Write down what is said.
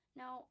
now